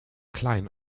klein